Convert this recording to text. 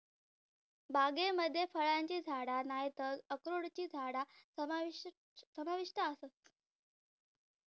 बागेमध्ये फळांची झाडा नायतर अक्रोडची झाडा समाविष्ट आसत